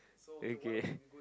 okay